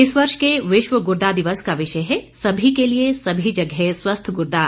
इस वर्ष के विश्व गुर्दा दिवस का विषय है सभी के लिए सभी जगह स्वस्थ गुर्दा